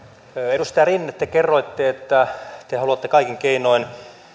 edustaja rinne te kerroitte että te haluatte kaikin keinoin